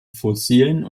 fossilen